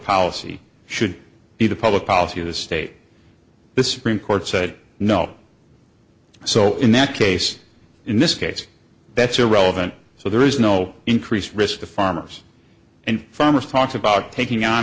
policy should be the public policy of the state the supreme court said no so in that case in this case that's irrelevant so there is no increased risk to farmers and farmers talked about taking on